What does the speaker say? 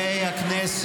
התשפ"ד